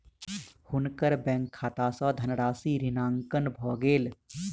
हुनकर बैंक खाता सॅ धनराशि ऋणांकन भ गेल